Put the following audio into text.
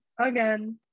again